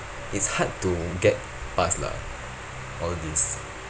it's hard to get past lah all this